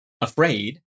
afraid